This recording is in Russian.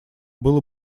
было